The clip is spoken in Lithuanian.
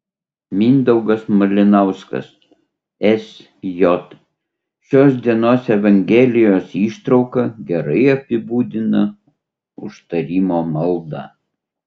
mindaugas malinauskas sj šios dienos evangelijos ištrauka gerai apibūdina užtarimo maldą